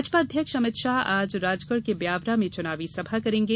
भाजपा अध्यक्ष अमित शाह आज राजगढ़ के ब्यावरा में चुनावी सभा करेंगे